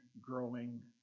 growing